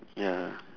ya